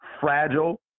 fragile